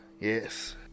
yes